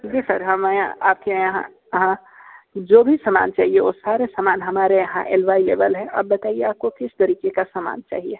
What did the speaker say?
जी sir हम यहाँ आप के यहाँ हाँ जो भी सामान चाहिए वह सारे सामान हमारे यहाँ आवेलेबल हैं आप बताइए आपको किस तरीके का सामान चाहिए